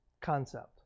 concept